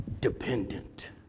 dependent